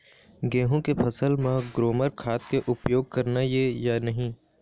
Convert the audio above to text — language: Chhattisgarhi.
गेहूं के फसल म ग्रोमर खाद के उपयोग करना ये या नहीं?